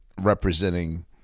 Representing